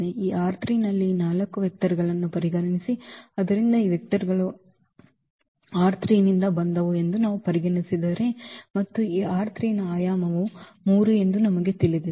ಈ ನಲ್ಲಿ ಈ 4 ವೆಕ್ಟರ್ ಗಳನ್ನು ಪರಿಗಣಿಸಿ ಆದ್ದರಿಂದ ಈ 4 ವೆಕ್ಟರ್ ಗಳು ನಿಂದ ಬಂದವು ಎಂದು ನಾವು ಪರಿಗಣಿಸಿದರೆ ಮತ್ತು ನ ಆಯಾಮವು 3 ಎಂದು ನಮಗೆ ತಿಳಿದಿದೆ